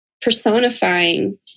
personifying